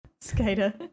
Skater